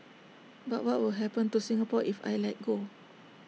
but what will happen to Singapore if I let go